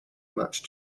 much